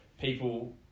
people